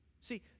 See